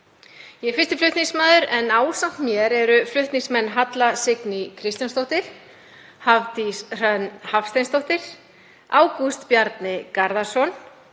Ég er fyrsti flutningsmaður en ásamt mér eru flutningsmenn Halla Signý Kristjánsdóttir, Hafdís Hrönn Hafsteinsdóttir, Ágúst Bjarni Garðarsson,